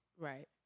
Right